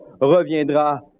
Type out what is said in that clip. reviendra